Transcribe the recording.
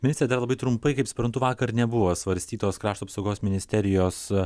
ministre dar labai trumpai kaip suprantu vakar nebuvo svarstytos krašto apsaugos ministerijos